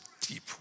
deep